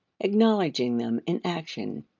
acknowledging them in action,